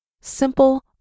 Simple